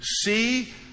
See